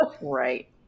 Right